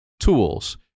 tools